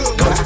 go